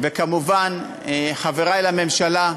וכמובן חברי לממשלה.